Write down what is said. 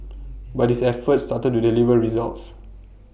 but his efforts started to deliver results